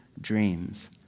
dreams